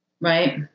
Right